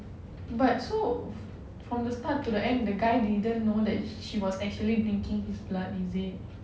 but so from the start to the end the guy didn't know that she was actually drinking his blood is it